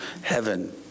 heaven